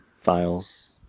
Files